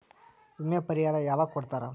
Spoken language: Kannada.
ವಿಮೆ ಪರಿಹಾರ ಯಾವಾಗ್ ಕೊಡ್ತಾರ?